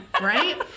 Right